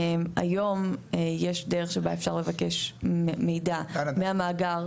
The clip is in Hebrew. היום יש דרך שבה אפשר לבדק מידע מהמאגר.